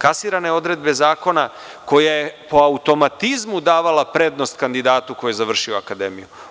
kasirane odredbe zakona koja je po automatizmu davala prednost kandidatu koji je završio akademiju.